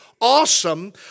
awesome